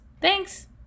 Thanks